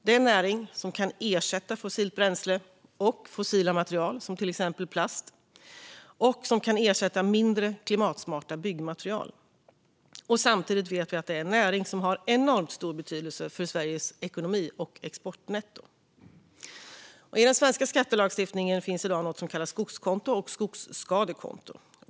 Det är en näring som kan ersätta fossilt bränsle och fossila material, till exempel plast, och som kan ersätta mindre klimatsmarta byggmaterial. Samtidigt vet vi att det är en näring som har enormt stor betydelse för Sveriges ekonomi och exportnetto. I den svenska skattelagstiftningen finns i dag något som kallas skogskonto och skogsskadekonto.